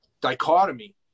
dichotomy